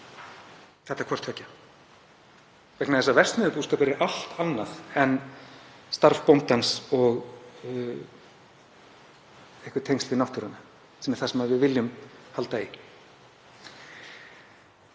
þetta hvort tveggja, vegna þess að verksmiðjubúskapur er allt annað en starf bóndans og einhver tengsl við náttúruna, sem er það sem við viljum halda í.